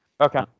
okay